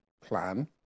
plan